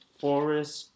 forest